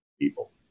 people